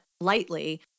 lightly